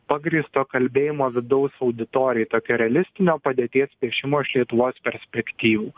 pagrįsto kalbėjimo vidaus auditorijai tokio realistinio padėties piešimo iš lietuvos perspektyvų